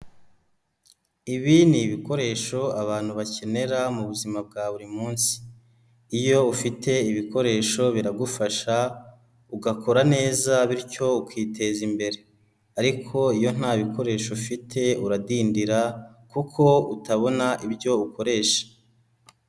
Ibi ni ibikoresho abantu bakenera mu buzima bwa buri munsi, iyo ufite ibikoresho biragufasha ugakora neza bityo ukiteza imbere ariko iyo nta bikoresho ufite uradindira kuko utabona ibyo ukoresha.